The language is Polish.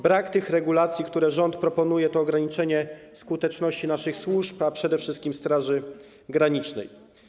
Brak tych regulacji, które rząd proponuje, to ograniczenie skuteczności naszych służb, a przede wszystkim Straży Granicznej.